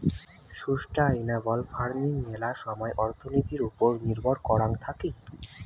sustainable farming মেলা সময় অর্থনীতির ওপর নির্ভর করাং থাকি